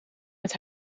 het